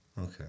Okay